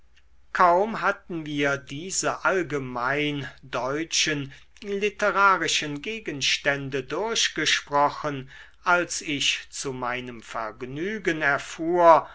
kaum hatten wir diese allgemein deutschen literarischen gegenstände durchgesprochen als ich zu meinem vergnügen erfuhr